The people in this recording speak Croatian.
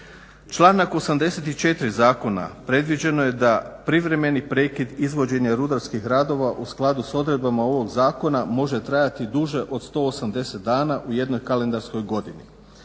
Članak 84. zakona predviđeno je da privremeni prekid izvođenja rudarskih radova u skladu s odredbama ovog zakona može trajati duže od 180 dana u jednoj kalendarskoj godini.